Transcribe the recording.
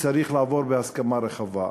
צריך לעבור בהסכמה רחבה,